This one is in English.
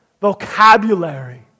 vocabulary